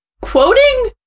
quoting